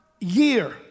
year